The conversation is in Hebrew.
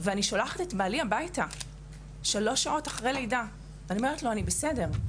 אני שולחת את בעלי הביתה שלוש שעות אחרי לידה ואני אומרת לו שאני בסדר.